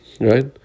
Right